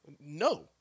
No